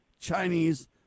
Chinese